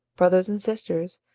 brothers and sisters,